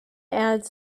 ads